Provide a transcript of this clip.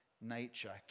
nature